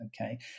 okay